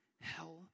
hell